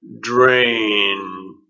drain